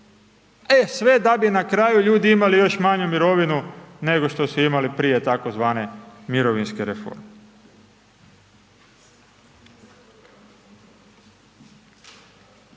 e sve da bi na kraju ljudi imali još manju mirovinu nego što su imali prije tzv. mirovinske reforme.